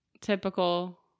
typical